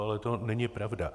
Ale to není pravda.